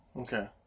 Okay